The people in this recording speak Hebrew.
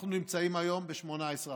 אנחנו נמצאים היום ב-18%.